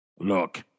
Look